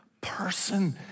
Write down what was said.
person